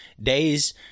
days